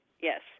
Yes